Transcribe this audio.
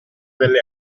delle